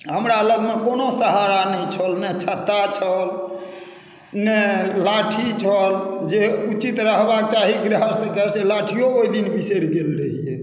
हमरा लगमे कोनो सहारा नहि छल नहि छत्ता छल नहि लाठी छल जे उचित रहबाके चाही गृहस्थके से लाठियो ओहि दिन बिसरि गेल रहियै